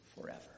forever